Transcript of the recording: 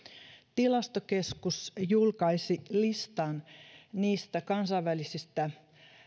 tilastokeskus julkaisi listan niistä kansainvälisistä